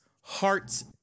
hearts